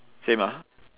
same ah